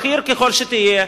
בכיר ככל שיהיה,